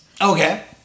okay